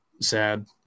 sad